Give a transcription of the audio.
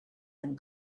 than